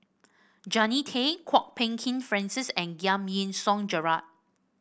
Jannie Tay Kwok Peng Kin Francis and Giam Yean Song Gerald